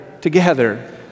together